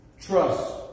Trust